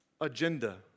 agenda